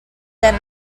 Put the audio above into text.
than